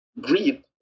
greed